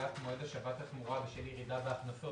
לקביעת מועד השבת התמורה בשל ירידה בהכנסות